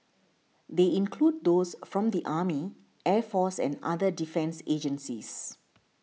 they include those from the army air force and other defence agencies